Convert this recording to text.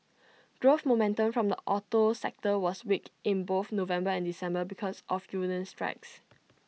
growth momentum from the auto sector was weak in both November and December because of union strikes